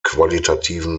qualitativen